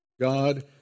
God